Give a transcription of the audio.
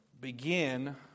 begin